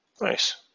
Nice